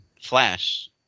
Flash